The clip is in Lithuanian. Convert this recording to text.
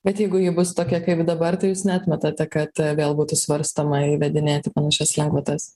bet jeigu ji bus tokia kaip dabar tai jūs neatmetate kad vėl būtų svarstoma įvedinėti panašias lengvatas